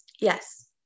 Yes